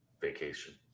vacation